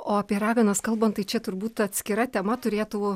o apie raganas kalbant tai čia turbūt atskira tema turėtų